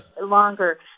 longer